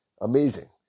Amazing